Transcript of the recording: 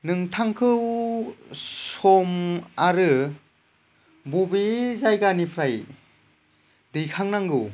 नोंथाखौ सम आरो बबे जायगानिफ्राय दैखांनांगौ